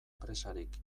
presarik